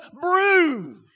bruised